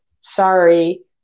sorry